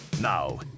Now